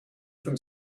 from